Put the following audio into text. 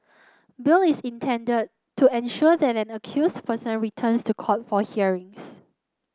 bail is intended to ensure that an accused person returns to court for hearings